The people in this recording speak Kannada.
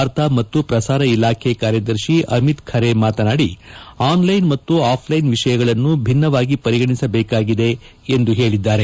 ವಾರ್ತಾ ಮತ್ತು ಪ್ರಸಾರ ಇಲಾಖೆ ಕಾರ್ಯದರ್ಶಿ ಅಮಿತ್ ಖರೆ ಮಾತನಾಡಿ ಆನ್ಲೈನ್ ಮತ್ತು ಆಫ್ಲೈನ್ ವಿಷಯಗಳನ್ನು ಭಿನ್ನವಾಗಿ ಪರಿಗಣಿಸಬೇಕಾಗಿದೆ ಎಂದು ಹೇಳಿದ್ದಾರೆ